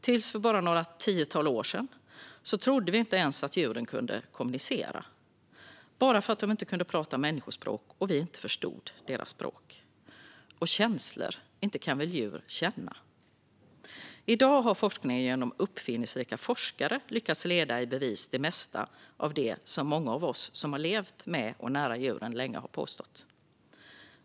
Tills för bara några tiotal år sedan trodde vi inte ens att djuren kunde kommunicera, bara för att de inte kunde prata människospråk och vi inte förstod deras språk. När det gäller känslor, inte kan väl djur känna? I dag har forskningen genom uppfinningsrika forskare lyckats leda i bevis det mesta av det som många av oss som har levt med och nära djuren länge har påstått.